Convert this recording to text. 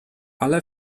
ale